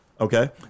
Okay